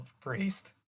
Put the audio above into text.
Priest